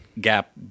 gap